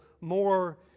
more